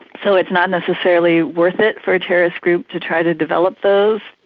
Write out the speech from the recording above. so it's not necessarily worth it for a terrorist group to try to develop those.